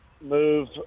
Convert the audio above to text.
move